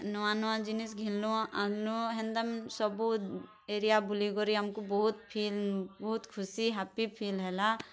ନୂଆ ନୂଆ ଜିନିଷ୍ ଘିନ୍ନୁଁ ଆନ୍ଲୁଁ ହେନ୍ତା ସବୁ ଏରିଆ ବୁଲିକରି ଆମକୁ ବହୁତ୍ ଫିଲ୍ ବହୁତ୍ ଖୁସି ହାପି ଫିଲ୍ ହେଲା